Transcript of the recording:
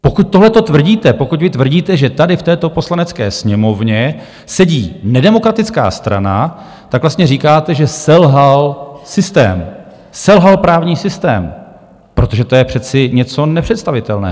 Pokud tohle tvrdíte, pokud vy tvrdíte, že tady v této Poslanecké sněmovně sedí nedemokratická strana, tak vlastně říkáte, že selhal systém, selhal právní systém, protože to je přece něco nepředstavitelného.